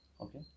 okay